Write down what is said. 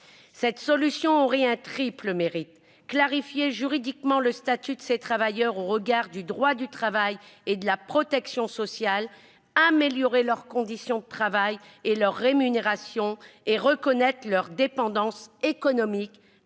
Cette solution aurait un triple mérite : clarifier juridiquement le statut de ces travailleurs au regard du droit du travail et de la protection sociale, améliorer leurs conditions de travail et leur rémunération et, enfin, reconnaître leur dépendance économique